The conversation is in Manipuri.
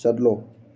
ꯆꯠꯂꯣ